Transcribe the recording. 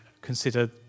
consider